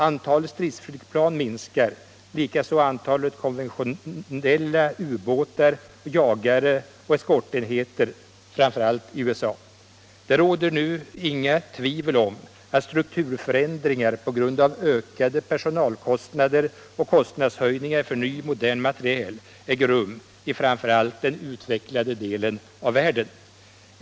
Antalet stridsflygplan minskar, likaså antalet konventionella u-båtar, jagare och eskortenheter, framför allt i USA. Det råder nu inga tvivel om att strukturförändringar på grund av ökade personalkostnader och kostnadshöjningar för ny modern materiel äger rum i framför allt den utvecklade delen av världen.